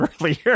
earlier